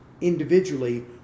individually